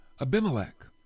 Abimelech